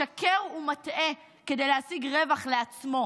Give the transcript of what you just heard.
משקר ומטעה כדי להשיג רווח לעצמו,